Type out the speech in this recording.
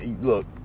look